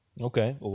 Okay